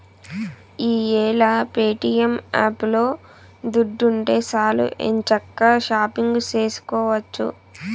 ఈ యేల ప్యేటియం యాపులో దుడ్డుంటే సాలు ఎంచక్కా షాపింగు సేసుకోవచ్చు